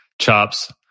chops